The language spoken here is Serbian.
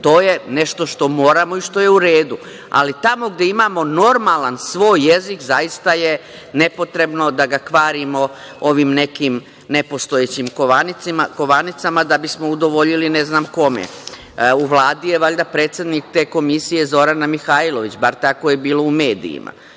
To je nešto što moramo i što je u redu, ali tamo gde imamo normalan svoj jezik zaista je nepotrebno da ga kvarimo ovim nekim nepostojećim kovanicama da bismo udovoljili ne znam kome. U Vladi je, valjda, predsednik te Komisije Zorana Mihajlović, bar tako je bilo u medijima.